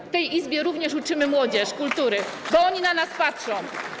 W tej Izbie również uczymy młodzież kultury, bo ona na nas patrzy.